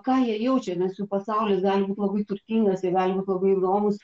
ką jie jaučia nes jų pasaulis gali būt labai turtingas jie gali būt labai įdomūs